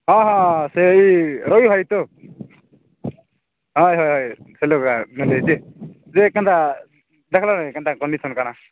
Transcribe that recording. ହଁ ହଁ ସେଇ ରୋହୀ ଭାଇ ତୋ ହଏ ହଏ ସେ ଲୋକା ସେ ନିଜେ ଯେ କେନ୍ତା ଦେଖିଲଣି କେନ୍ତା କଣ୍ଡିସନ୍ କ'ଣ